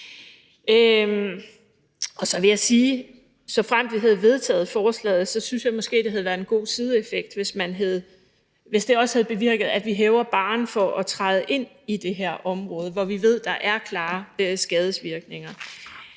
såfremt vi havde vedtaget forslaget, synes jeg måske, det havde været en god sideeffekt, hvis det også havde bevirket, at vi hævede barren for at træde ind på det her område, hvor vi ved, at der er klare skadesvirkninger.